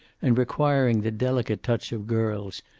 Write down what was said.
and requiring the delicate touch of girls,